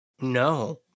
No